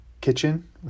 kitchen